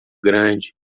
grande